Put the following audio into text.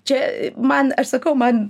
čia man aš sakau man